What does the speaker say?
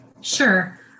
Sure